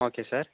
okay sir